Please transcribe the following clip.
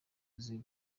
inzira